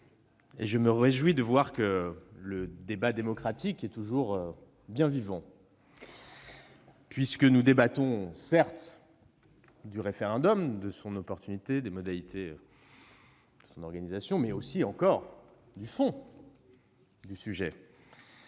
Je me réjouis de voir que le débat démocratique est toujours bien vivant, puisque nous débattons aujourd'hui, certes, du référendum, de son opportunité et des modalités de son organisation, mais aussi du fond du sujet,